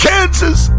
Kansas